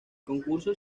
concurso